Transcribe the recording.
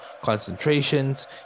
concentrations